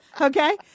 Okay